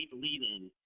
lead-in